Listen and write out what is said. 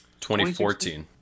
2014